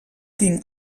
tinc